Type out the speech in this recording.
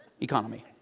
economy